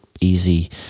easy